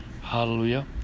Hallelujah